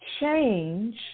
change